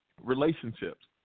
relationships